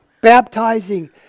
baptizing